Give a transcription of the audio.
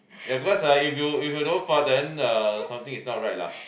ya because ah if you if you don't fart then uh something is not right lah